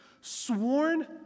Sworn